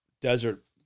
desert